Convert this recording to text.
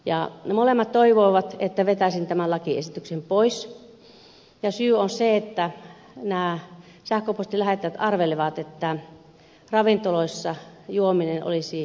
niistä molemmissa toivotaan että vetäisin tämän lakiesityksen pois ja syy on se että nämä sähköpostin lähettäjät arvelevat että ravintoloissa juominen olisi säännösteltyä